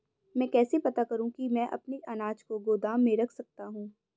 मैं कैसे पता करूँ कि मैं अपने अनाज को गोदाम में रख सकता हूँ?